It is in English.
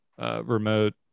remote